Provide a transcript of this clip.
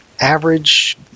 average